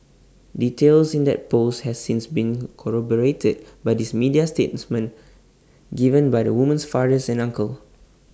details in that post has since been corroborated by these media statements given by the woman's father and uncle